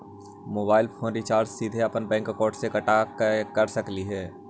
Mobile phone recharge सीधे अपन bank account से कटा के कर सकली ही?